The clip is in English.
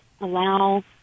allow